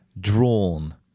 Drawn